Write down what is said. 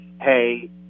hey